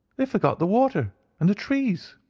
they forgot the water and the trees.